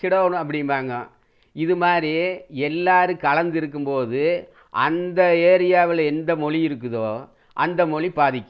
சிட்டவுனு அப்படிம்பாங்க இது மாதிரி எல்லோரும் கலந்திருக்கும்போது அந்த ஏரியாவில் எந்த மொழி இருக்குதோ அந்த மொழி பாதிக்குது